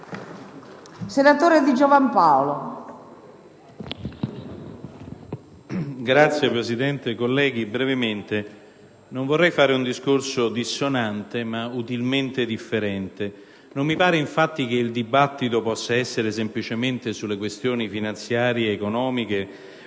senatore Di Giovan Paolo.